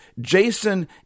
Jason